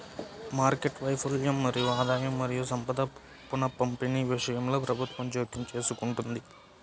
market వైఫల్యం మరియు ఆదాయం మరియు సంపద పునఃపంపిణీ విషయంలో ప్రభుత్వం జోక్యం చేసుకుంటుంది